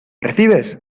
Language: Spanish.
recibes